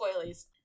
spoilies